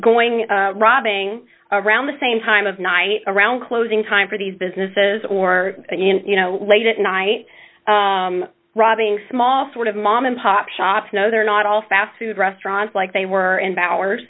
going robbing around the same time of night around closing time for these businesses or you know late at night robbing small sort of mom and pop shops know they're not all fast food restaurants like they were and bower